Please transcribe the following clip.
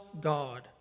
God